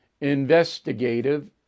investigative